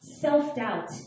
Self-doubt